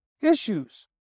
issues